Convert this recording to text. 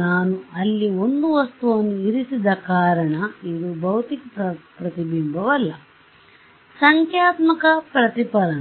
ನಾನು ಅಲ್ಲಿ ಒಂದು ವಸ್ತುವನ್ನು ಇರಿಸದ ಕಾರಣ ಇದು ಭೌತಿಕ ಪ್ರತಿಬಿಂಬವಲ್ಲ ಸಂಖ್ಯಾತ್ಮಕ ಪ್ರತಿಫಲನ